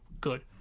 good